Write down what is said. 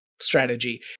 strategy